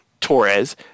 Torres